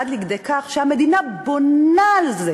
עד לכדי כך שהמדינה בונה על זה